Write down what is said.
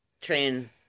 train